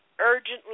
urgently